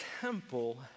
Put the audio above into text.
temple